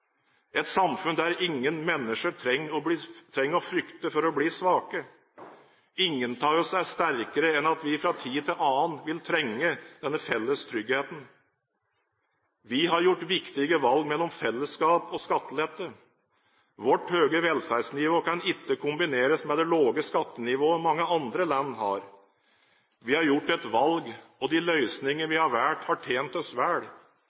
et samfunn der ingen mennesker trenger å frykte for å bli svake. Ingen av oss er sterkere enn at vi fra tid til annen vil trenge denne felles tryggheten. Vi har gjort viktige valg mellom fellesskap og skattelette. Vårt høye velferdsnivå kan ikke kombineres med det lave skattenivået mange andre land har. Vi har gjort et valg, og de løsninger vi har valgt, har tjent oss vel.